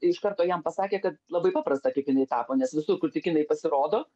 iš karto jam pasakė kad labai paprasta kaip jinai tapo nes visur kur tik jinai pasirodo